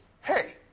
hey